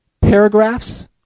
paragraphs